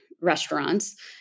restaurants